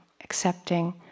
accepting